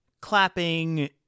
clapping